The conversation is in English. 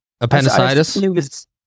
Appendicitis